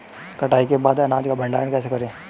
कटाई के बाद अनाज का भंडारण कैसे करें?